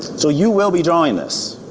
so you will be drawing this.